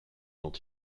dont